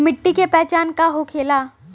मिट्टी के पहचान का होखे ला?